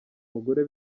mugore